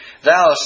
Thou